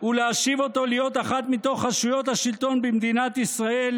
ולהשיב אותו להיות אחת מתוך רשויות השלטון במדינת ישראל,